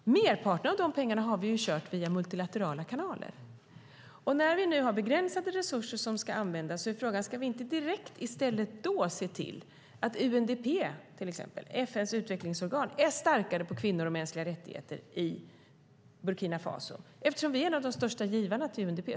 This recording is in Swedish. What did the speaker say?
Merparten av de pengarna har vi kört via multilaterala kanaler. När vi nu har begränsade resurser som ska användas är frågan: Ska vi inte i stället då direkt se till att till exempel UNDP, FN:s utvecklingsorgan, är starkare på kvinnor och mänskliga rättigheter i Burkina Faso? Vi är ju en av de största givarna till UNDP.